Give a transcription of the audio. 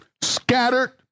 scattered